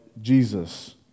Jesus